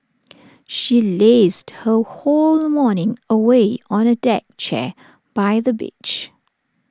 she lazed her whole morning away on A deck chair by the beach